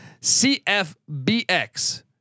CFBX